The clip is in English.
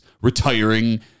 retiring